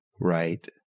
Right